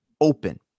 open